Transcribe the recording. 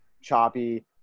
choppy